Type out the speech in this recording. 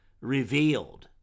revealed